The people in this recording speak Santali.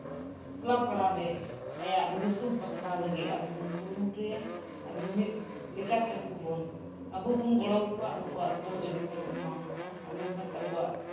ᱴᱚᱞᱟ ᱯᱟᱲᱟᱨᱮ ᱧᱩᱛᱩᱢ ᱯᱟᱥᱱᱟᱣ ᱞᱟᱹᱜᱤᱫ ᱟᱫᱚ ᱵᱚᱱ ᱠᱩᱨᱩᱢᱩᱴᱩᱭᱟ ᱟᱨ ᱢᱤᱢᱤᱫ ᱢᱤᱢᱤᱫ ᱞᱮᱠᱟᱛᱮ ᱩᱱᱠᱩ ᱵᱚᱱ ᱟᱵᱚ ᱵᱚᱱ ᱜᱚᱲᱚ ᱟᱠᱚᱣᱟ ᱩᱱᱠᱩᱣᱟᱜ ᱥᱚᱦᱚᱡᱳᱜᱤᱛᱟ ᱵᱚᱱ ᱮᱢᱟ ᱟᱠᱚᱣᱟ ᱱᱚᱝᱠᱟᱛᱮ ᱟᱵᱚᱣᱟᱜ